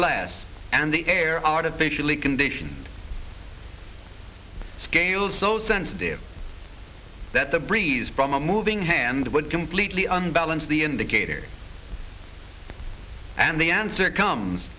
glass and the air artificially conditioned scales so sensitive that the breeze from a moving hand would completely unbalanced the indicator and the answer comes